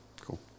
cool